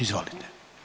Izvolite.